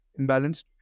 imbalanced